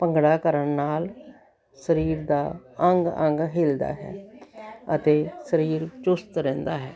ਭੰਗੜਾ ਕਰਨ ਨਾਲ ਸਰੀਰ ਦਾ ਅੰਗ ਅੰਗ ਹਿਲਦਾ ਹੈ ਅਤੇ ਸਰੀਰ ਚੁਸਤ ਰਹਿੰਦਾ ਹੈ